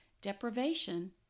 Deprivation